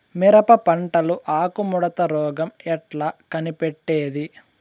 మిరప పంటలో ఆకు ముడత రోగం ఎట్లా కనిపెట్టేది?